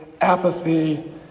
apathy